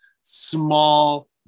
small